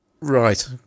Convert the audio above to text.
right